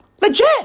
Legit